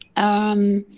and